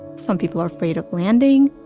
some people are afraid of landing.